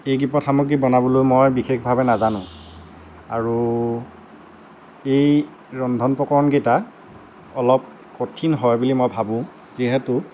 এই কেইপদ সামগ্ৰী বনাবলৈ মই বিশেষভাৱে নাজানো আৰু এই ৰন্ধন প্ৰকৰণ কেইটা অলপ কঠিন হয় বুলি মই ভাবোঁ যিহেতু